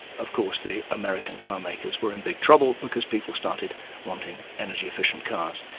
of course the american car makers were in big trouble because people started wanting energy-efficient cars.